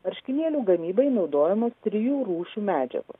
marškinėlių gamybai naudojamos trijų rūšių medžiagos